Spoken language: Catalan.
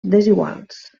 desiguals